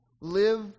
live